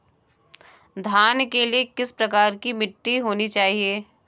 धान के लिए किस प्रकार की मिट्टी होनी चाहिए?